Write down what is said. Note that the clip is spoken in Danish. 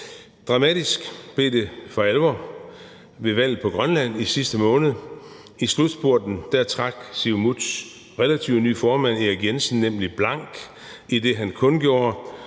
Dramatisk blev det for alvor ved valget i Grønland i sidste måned. I slutspurten trak Siumuts relativt nye formand, Erik Jensen, nemlig blank, idet han kundgjorde,